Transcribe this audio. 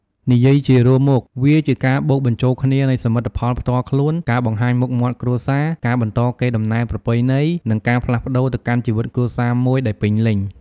និយាយជារួមមក វាជាការបូកបញ្ចូលគ្នានៃសមិទ្ធផលផ្ទាល់ខ្លួន ការបង្ហាញមុខមាត់គ្រួសារ ការបន្តកេរដំណែលប្រពៃណី និងការផ្លាស់ប្តូរទៅកាន់ជីវិតគ្រួសារមួយដែលពេញលេញ។